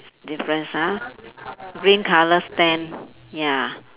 difference ah green colour stand ya